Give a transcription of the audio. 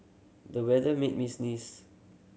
the weather made me sneeze